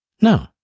No